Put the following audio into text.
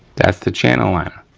that's the channel liner.